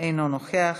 אינו נוכח,